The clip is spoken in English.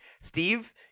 Steve